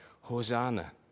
Hosanna